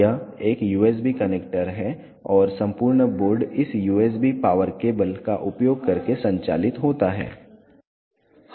यह एक USB connector है और संपूर्ण बोर्ड इस USB पावर केबल का उपयोग करके संचालित होता है